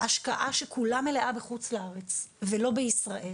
השקעה שכולה מלאה בחו"ל ולא בישראל.